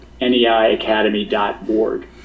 neiacademy.org